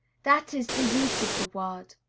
that is the use of the word.